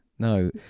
no